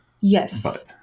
yes